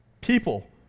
People